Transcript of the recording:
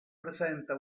presenta